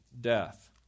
death